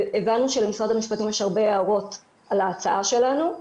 הבנו שלמשרד המשפטים יש הרבה הערות על ההצעה שלנו,